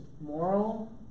moral